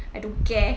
I don't care